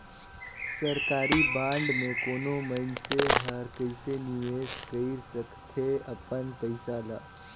सरकारी बांड में कोनो मइनसे हर कइसे निवेश कइर सकथे अपन पइसा ल